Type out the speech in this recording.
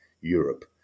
Europe